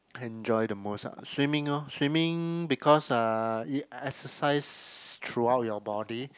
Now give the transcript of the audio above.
enjoy the most ah swimming lor swimming because uh exercise throughout your body